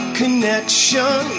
connection